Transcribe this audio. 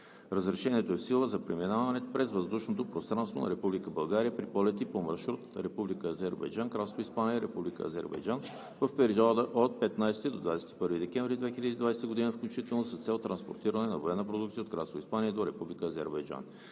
Разрешението е в сила за преминаване през въздушното пространство на Република България при полети по маршрут Република Азербайджан – Кралство Испания – Република Азербайджан в периода от 15 до 21 декември 2020 г. включително, с цел транспортиране на военна продукция от Кралство Испания до Република Азербайджан.